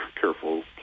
careful